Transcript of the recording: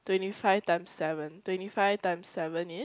twenty five times seven twenty five times seven is